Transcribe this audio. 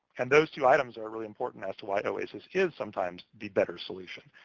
and those two items are really important as to why oasis is sometimes the better solution.